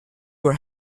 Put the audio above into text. were